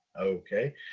Okay